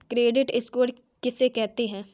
Credit score किसे कहते हैं?